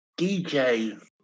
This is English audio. DJ